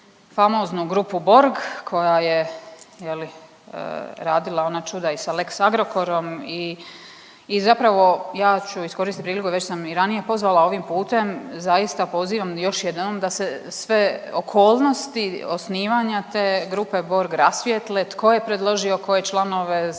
famoznu grupu Borg koja je je li radila ona čuda i sa lex Agrokorom. I zapravo ja ću iskoristit priliku, već sam i ranije pozvala ovim putem, zaista pozivam još jednom da se sve okolnosti osnivanja te grupe Borg rasvijetle tko je predložio koje članove,